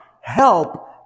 help